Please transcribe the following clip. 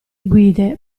guide